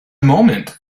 moment